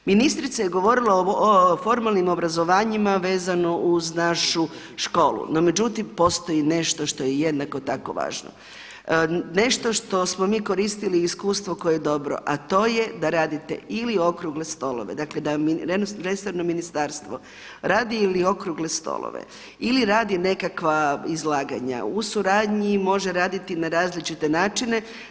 Ministrica je govorila o formalnim obrazovanjima vezano uz našu školu, no međutim postoji nešto što je jednako tako važno, nešto što smo mi koristili i iskustvo i koje je dobro a to je da radite ili okrugle stolove, dakle da resorno ministarstvo radi ili okrugle stolove, ili radi nekakva izlaganja u suradnji može raditi na različite načine.